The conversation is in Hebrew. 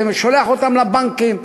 זה שולח אותם לבנקים,